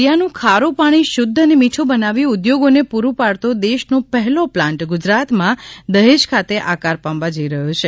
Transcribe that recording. દરિયાનું ખારું પાણી શુદ્ધ અને મીઠું બનાવી ઉદ્યોગો ને પૂરું પાડતો દેશનો પહેલો પ્લાન્ટ ગુજરાત માં દહેજ ખાતે આકાર પામવા જઇ રહ્યો છે